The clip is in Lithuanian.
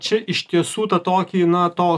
čia iš tiesų ta tokį na to